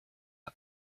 der